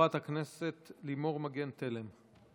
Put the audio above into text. חברת הכנסת לימור מגן תלם,